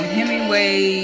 Hemingway